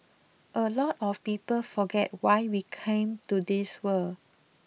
a lot of people forget why we came to this world